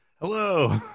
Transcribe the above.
hello